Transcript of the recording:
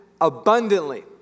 abundantly